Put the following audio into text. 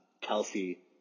Kelsey